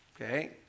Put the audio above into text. okay